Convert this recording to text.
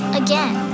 again